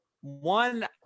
One